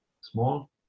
small